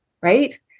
Right